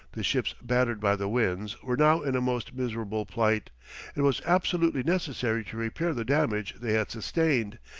the ships battered by the winds, were now in a most miserable plight it was absolutely necessary to repair the damage they had sustained,